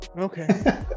Okay